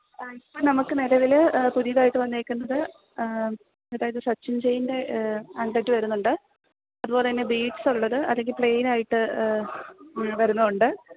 ആ ഇപ്പോള് നമുക്കു നിലവില് പുതിയതായിട്ട് വന്നേക്കുന്നത് അതായത് സച്ചിന് ചെയിന്റെ അണ്കട്ട് വരുന്നുണ്ട് അതുപോലെതന്നെ ബീഡ്സുള്ളത് അതില് പ്ലേയ്നായിട്ട് വരുന്ന ഉണ്ട്